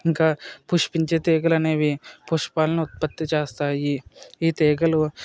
ఇంకా పుష్పించే తీగలు అనేవి పుష్పాలను ఉత్పత్తి చేస్తాయి ఈ తీగలు